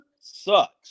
sucks